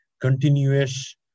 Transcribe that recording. continuous